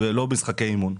לא במשחקי אימון.